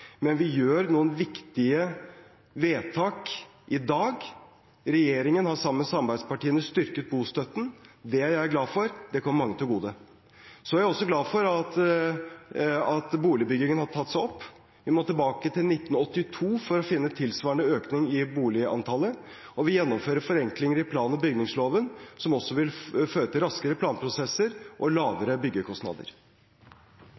Men vi fatter noen viktige vedtak i dag. Regjeringen har sammen med samarbeidspartiene styrket bostøtten. Det er jeg glad for – det kommer mange til gode. Så er jeg også glad for at boligbyggingen har tatt seg opp. Vi må tilbake til 1982 for å finne en tilsvarende økning i boligantallet. Og vi gjennomfører forenklinger i plan- og bygningsloven som også vil føre til raskere planprosesser og